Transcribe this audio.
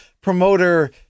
promoter